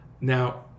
Now